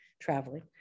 traveling